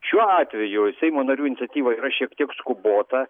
šiuo atveju seimo narių iniciatyva yra šiek tiek skubota